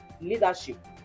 Leadership